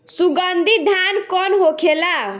सुगन्धित धान कौन होखेला?